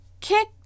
Kick